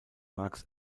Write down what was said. marx